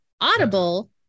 audible